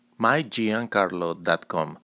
mygiancarlo.com